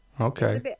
okay